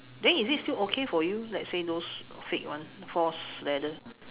then is it still okay for you let's say those fake one false leather